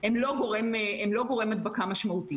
ואני לא יודעת למי מכם,